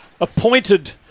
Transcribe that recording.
appointed